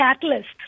catalyst